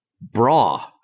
bra